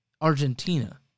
Argentina